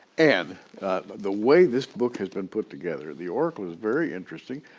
and the way this book has been put together, the oracle is very interesting.